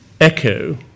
echo